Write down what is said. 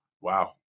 Wow